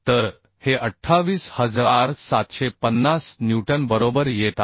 तर हे 28750 न्यूटन बरोबर येत आहे